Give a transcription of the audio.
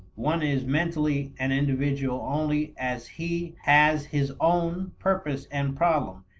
one is mentally an individual only as he has his own purpose and problem,